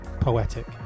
poetic